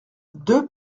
deux